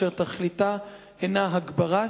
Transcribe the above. אשר תכליתה הינה הגברת,